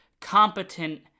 competent